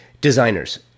Designers